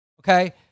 Okay